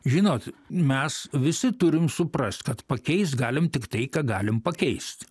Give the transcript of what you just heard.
žinot mes visi turim suprast kad pakeis galim tiktai ką galim pakeist